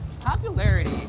Popularity